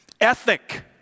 ethic